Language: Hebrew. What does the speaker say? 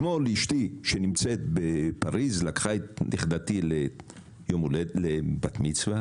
אישתי שנמצאת בפריז לקחה את נכדתי לטיול בת מצווה